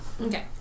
Okay